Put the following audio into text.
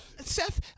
Seth